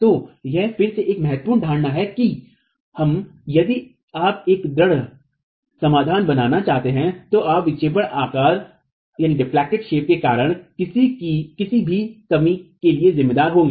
तो यह फिर से एक महत्वपूर्ण धारणा है कि हम यदि आप एक दृढ़ समाधान बनाना चाहते हैं तो आप विक्षेपित आकार के कारणकिसी भी कमी के लिए जिम्मेदार होंगे